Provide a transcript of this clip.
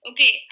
Okay